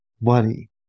money